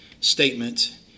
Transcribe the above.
statement